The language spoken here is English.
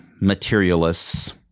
materialists